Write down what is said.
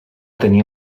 tenir